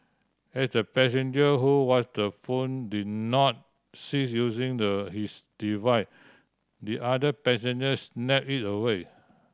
as the passenger who was the phone did not cease using the his device the other passenger snatched it away